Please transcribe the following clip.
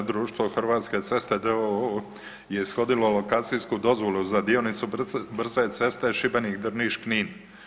Društvo Hrvatske ceste d.o.o. je ishodilo lokacijsku dozvolu za dionicu brze ceste Šibenik – Drniš – Knin.